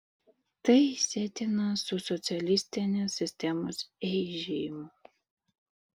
tai sietina su socialistinės sistemos eižėjimu